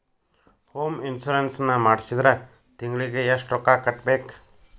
Home insurance ನ ಮಾಡ್ಸಿದ್ರ ತಿಂಗ್ಳಿಗೆ ಎಷ್ಟ್ ರೊಕ್ಕಾ ಕಟ್ಬೇಕ್?